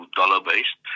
dollar-based